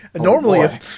normally